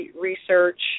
research